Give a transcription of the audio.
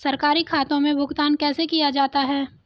सरकारी खातों में भुगतान कैसे किया जाता है?